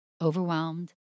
overwhelmed